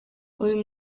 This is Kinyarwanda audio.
uyu